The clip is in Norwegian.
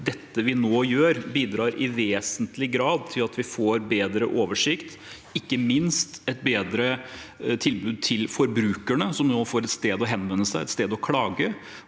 det vi gjør nå, bidrar i vesentlig grad til at vi får bedre oversikt og ikke minst et bedre tilbud til forbrukerne, som nå får et sted å henvende seg, et sted å klage.